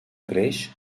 creix